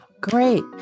great